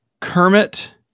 Kermit